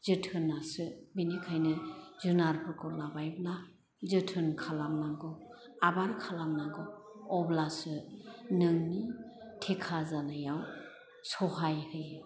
जोथोनासो बिनिखायनो जुनारफोरखौ लाबायब्ला जोथोन खालामनांगौ आबाद खालामनांगौ अब्लासो नोंनि थेखा जानायाव सहाइ होयो